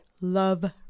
love